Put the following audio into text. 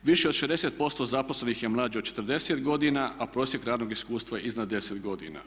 Više od 60% zaposlenih je mlađe od 40 godina, a prosjek radnog iskustva je iznad 10 godina.